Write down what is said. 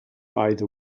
either